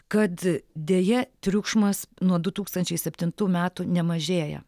kad deja triukšmas nuo du tūkstančiai septintų metų nemažėja